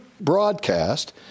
broadcast